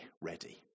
ready